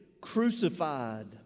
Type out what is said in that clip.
crucified